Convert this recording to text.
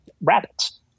rabbits